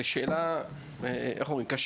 זו שאלה קשה.